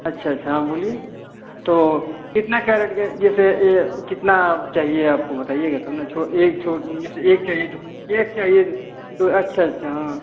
अच्छा अच्छा हाँ बोलिए तो कितना कैरेट के जैसे ए कितना अब चाहिए आपको बताइएगा तब न छो एक छो जैसे एक चाहिए जो एक चाहिए जो अच्छा अच्छा हाँ